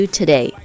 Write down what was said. today